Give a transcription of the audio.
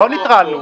לא ניטרלנו.